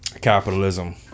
capitalism